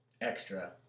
extra